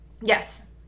Yes